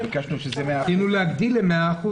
אנחנו ביקשנו שזה יהיה 100%. רצינו להגדיל ל-100%.